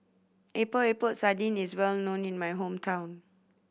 Epok Epok Sardin is well known in my hometown